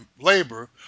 labor